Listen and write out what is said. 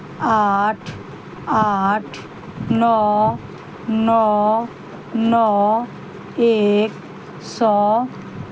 आठ आठ नओ नओ नओ एक सए